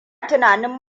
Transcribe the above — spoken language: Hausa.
tunanin